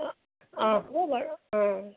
অ' হ'ব বাৰু অ'